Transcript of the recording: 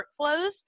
workflows